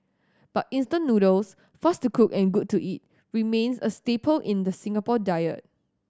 but instant noodles fast to cook and good to eat remains a staple in the Singapore diet